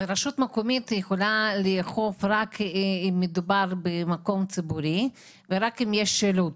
רשות מקומית יכולה לאכוף רק אם מדובר במקום ציבורי ורק אם יש שילוט.